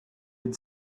had